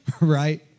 Right